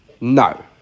No